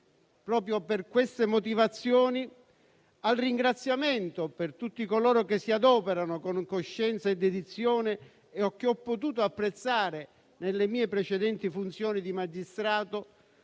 Proprio per queste motivazioni, al ringraziamento per tutti coloro che si adoperano con coscienza e dedizione, che ho potuto apprezzare nelle mie precedenti funzioni di magistrato,